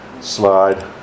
slide